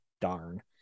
Darn